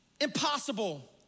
impossible